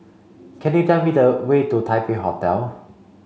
can you tell me the way to Taipei Hotel